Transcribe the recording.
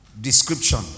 description